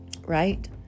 Right